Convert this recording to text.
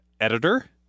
editor